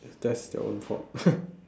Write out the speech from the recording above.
that's their own fault